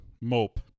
Mope